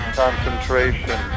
concentration